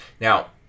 Now